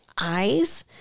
eyes